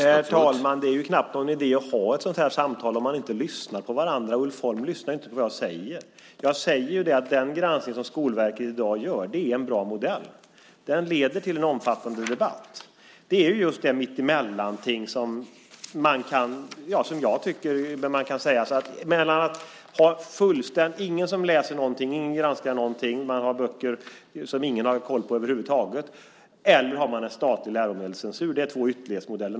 Herr talman! Det är knappt någon idé att ha ett sådant här samtal om man inte lyssnar på varandra. Ulf Holm lyssnar inte på vad jag säger. Jag säger att den granskning som Skolverket i dag gör är en bra modell. Den leder till en omfattande debatt. Det är just det som är mittemellan. Det ena är att inte ha någon som läser någonting, inte ha någon som granskar någonting, och att man har böcker som ingen har koll på över huvud taget. Det andra är att man har en statlig läromedelscensur. Det är två ytterlighetsmodeller.